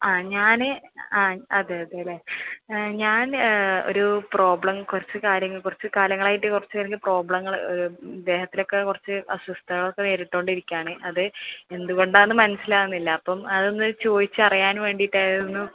ആ ഞാൻ ആ അതെ അതെ അല്ലേ ഞാൻ ഒരു പ്രോബ്ലം കുറച്ച് കാര്യങ്ങൾ കുറച്ച് കാലങ്ങളായിട്ട് കുറച്ച് എനിക്ക് പ്രോബ്ലങ്ങൾ ദേഹത്തിനൊക്കെ കുറച്ച് അസ്വസ്ഥതകളൊക്കെ നേരിട്ട് കൊണ്ടിരിക്കുകയാണ് അത് എന്ത് കൊണ്ടാണെന്ന് മനസ്സിലാവുന്നില്ല അപ്പം അതൊന്ന് ചോദിച്ചറിയാൻ വേണ്ടിയിട്ടായിരുന്നു